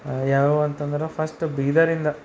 ಯಾವುವು ಅಂತಂದ್ರೆ ಫರ್ಸ್ಟ್ ಬೀದರಿಂದ